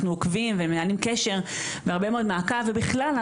עוקבים ומנהלים קשר והרבה מאוד מעקב ובכלל,